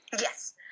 Yes